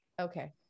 okay